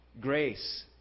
Grace